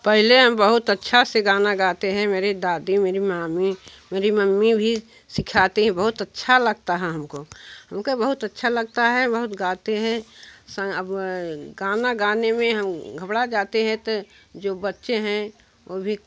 पहले हम बहुत अच्छा से गाना गाते हैं मेरी दादी मेरी मामी मेरी मम्मी भी सिखाती है बहुत अच्छा लगता है हमको उनका बहुत अच्छा लगता है बहुत गाते हैं अब गाना गाने में हम घबरा जाते हैं तो जो बच्चे हैं वह भी